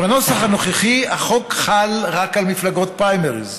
בנוסח הנוכחי החוק חל רק על מפלגות פריימריז.